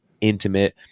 intimate